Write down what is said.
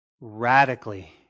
radically